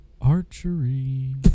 Archery